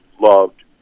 loved